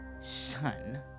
son